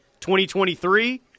2023